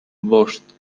bost